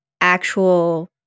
actual